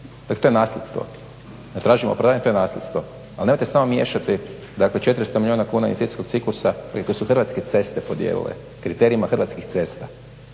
Dakle to je nasljedstvo. Ne tražimo …, to je nasljedstvo. Ali nemojte samo miješati dakle 400 milijuna kuna iz … ciklusa koji su Hrvatske ceste podijelile, kriterijima Hrvatskih cesta.